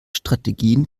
strategien